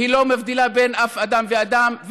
היא לא מבדילה בין אדם לאדם.